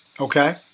Okay